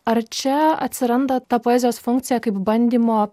ar čia atsiranda ta poezijos funkcija kaip bandymo